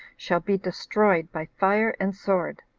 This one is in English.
shall be destroyed by fire and sword.